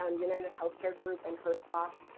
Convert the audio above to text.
um united healthcare group, and herslof,